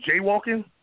jaywalking